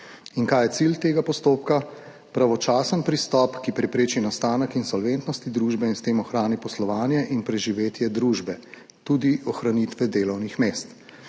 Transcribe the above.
In kaj je cilj tega postopka? Pravočasen pristop, ki prepreči nastanek insolventnosti družbe in s tem ohrani poslovanje in preživetje družbe, tudi ohranitve delovnih mest.